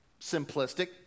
simplistic